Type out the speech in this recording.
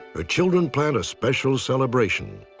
ah children planned a special celebration.